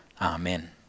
Amen